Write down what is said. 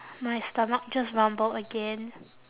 my stomach just rumbled again